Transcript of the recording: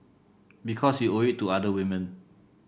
because you owe it to other women